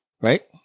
right